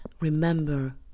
remember